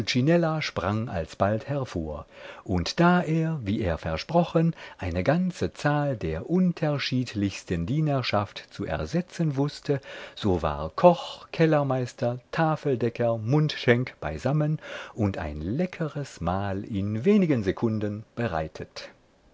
sprang alsbald hervor und da er wie er versprochen eine ganze zahl der unterschiedlichsten dienerschaft zu ersetzen wußte so war koch kellermeister tafeldecker mundschenk beisammen und ein leckeres mahl in wenigen sekunden bereitet